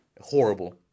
Horrible